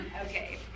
Okay